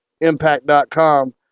Impact.com